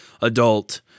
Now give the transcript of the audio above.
adult